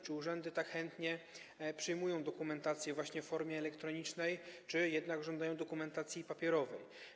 Czy urzędy tak chętnie przyjmują dokumentację właśnie w formie elektronicznej, czy jednak żądają dokumentacji papierowej?